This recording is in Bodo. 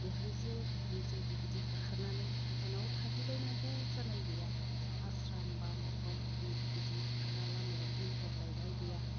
बिहामजो बिखुनजो बिदि होखारनानै गुबुनाव थाहैलायनांगौ जानाय गैया आश्रम बा मावबा मावबि बिदि होखारना लामायाव दोनहरलायनाय गैया